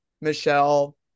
Michelle